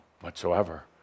whatsoever